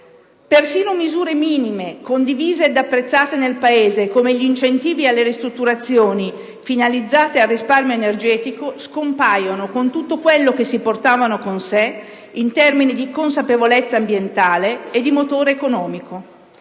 Persino misure minime condivise ed apprezzate nel Paese, come gli incentivi alle ristrutturazioni finalizzate al risparmio energetico, scompaiono con tutto quello che si portavano con sé in termini di consapevolezza ambientale per i cittadini e di motore economico.